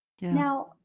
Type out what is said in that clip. Now